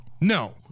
No